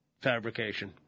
fabrication